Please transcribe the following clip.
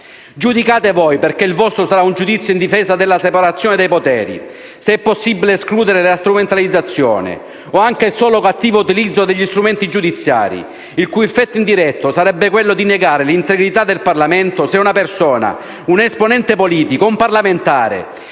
Giudicate voi, perché il vostro sarà un giudizio in difesa della separazione dei poteri, se è possibile escludere la strumentalizzazione o anche solo il cattivo utilizzo degli strumenti giudiziari, il cui effetto indiretto sarebbe quello di negare l'integrità del Parlamento, se una persona, un esponente politico, un parlamentare